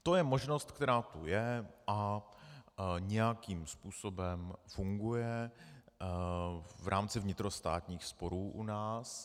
To je možnost, která tu je a nějakým způsobem funguje v rámci vnitrostátních sporů u nás.